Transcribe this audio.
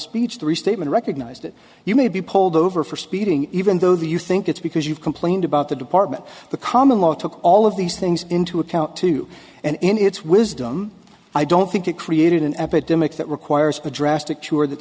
speech the restatement recognised that you may be pulled over for speeding even though that you think it's because you've complained about the department the common law took all of these things into account too and in its wisdom i don't think it created an epidemic that requires drastic sure that